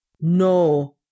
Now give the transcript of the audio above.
No